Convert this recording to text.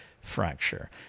fracture